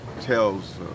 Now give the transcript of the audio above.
tells